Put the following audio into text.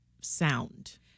sound